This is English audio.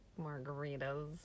margaritas